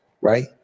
right